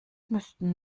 müssten